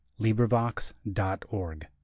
LibriVox.org